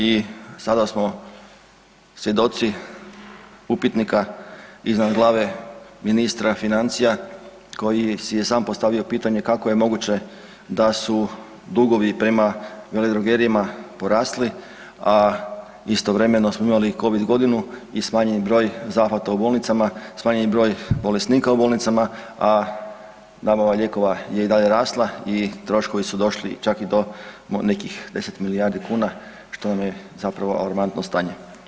I sada smo svjedoci upitnika iznad glave ministra financija koji si je sam postavio pitanje kako je moguće da su dugovi prema veledrogerijama porasli, a istovremeno smo imali Covid godinu i smanjen broj zahvata u bolnicama, smanjeni broj bolesnika u bolnicama, a nabava lijekova je i dalje rasla i troškovi su došli čak i do nekih 10 milijardi kuna što nam je zapravo alarmantno stanje.